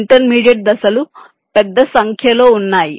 intermediate దశలు పెద్ద సంఖ్యలో ఉన్నాయి